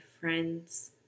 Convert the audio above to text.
friends